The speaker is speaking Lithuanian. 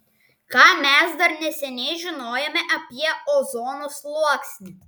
ką mes dar neseniai žinojome apie ozono sluoksnį